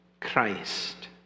Christ